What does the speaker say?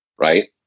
right